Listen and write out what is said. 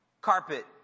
Carpet